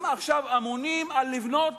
הם אמונים עכשיו על בניית,